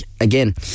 again